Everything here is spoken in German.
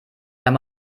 wenn